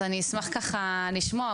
אז אני אשמח ככה לשמוע.